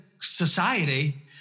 society